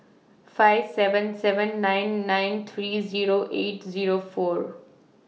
five seven seven nine nine three Zero eight Zero four